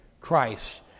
Christ